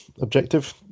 objective